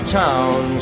town